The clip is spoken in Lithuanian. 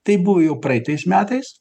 taip buvo jau praeitais metais